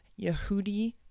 Yehudi